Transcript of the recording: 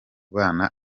bana